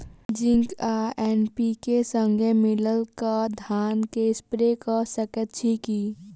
Zinc आ NPK, संगे मिलल कऽ धान मे स्प्रे कऽ सकैत छी की?